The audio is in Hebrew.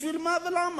בשביל מה ולמה?